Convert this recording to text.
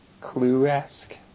Clue-esque